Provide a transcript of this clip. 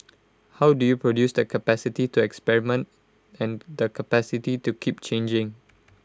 how do you produce the capacity to experiment and the capacity to keep changing